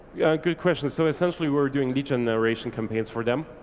good question so essentially we're doing lead generation campaigns for them.